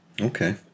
Okay